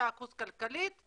35% כלכלית,